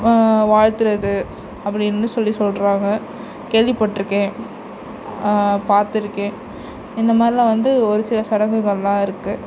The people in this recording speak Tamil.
வாழ்த்துவது அப்படினு சொல்லி சொல்கிறாங்க கேள்விபட்டிருக்கேன் பார்த்து இருக்கேன் இந்த மாதிரிலாம் வந்து ஒரு சில சடங்குகளெலாம் இருக்குது